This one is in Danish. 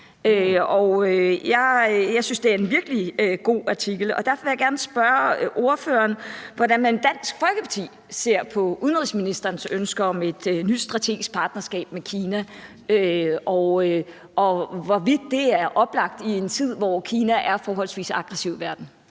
Jeg synes, det er en virkelig god artikel. Og derfor vil jeg gerne spørge partilederen, hvordan man i Dansk Folkeparti ser på udenrigsministerens ønske om et nyt strategisk partnerskab med Kina, og hvorvidt det er oplagt i en tid, hvor Kina er forholdsvis aggressiv i verden.